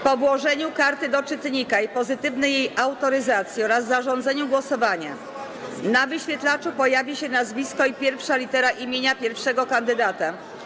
Po włożeniu karty do czytnika i pozytywnej jej autoryzacji oraz zarządzeniu głosowania na wyświetlaczu pojawi się nazwisko i pierwsza litera imienia pierwszego kandydata.